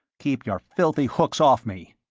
keep your filthy hooks off me.